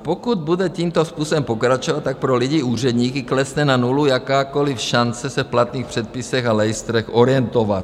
Pokud bude tímto způsobem pokračovat, tak pro lidi, úředníky klesne na nulu jakákoliv šance se v platných předpisech a lejstrech orientovat.